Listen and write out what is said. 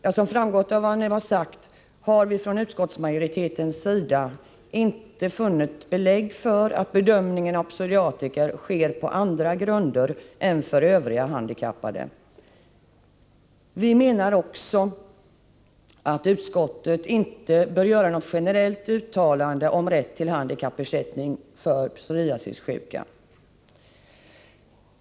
Av vad jag nu sagt framgår att vi från utskottsmajoritetens sida inte har funnit belägg för att bedömningen av psoriatiker sker på andra grunder än för övriga handikappade. Vi menar också att utskottet inte bör göra något generellt uttalande om rätt till handikappersättning för psoriasissjuka.